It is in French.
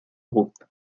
groupe